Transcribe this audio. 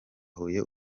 huye